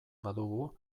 badugu